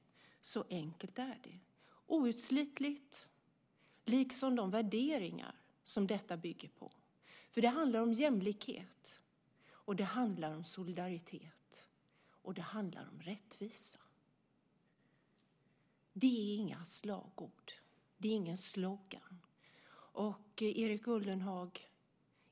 Så enkelt är det. Det är outslitligt, liksom de värderingar som detta bygger på. Det handlar om jämlikhet, det handlar om solidaritet och det handlar om rättvisa. Det är inget slagord. Det är ingen slogan. Erik Ullenhag!